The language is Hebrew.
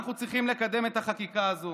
אנחנו צריכים לקדם את החקיקה הזו